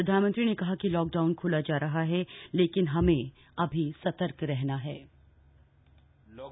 प्रधानमंत्री ने कहा कि लॉकडाउन खोला जा रहा है लेकिन हमें अभी सतर्क रहना होगा